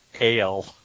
Ale